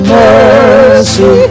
mercy